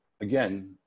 again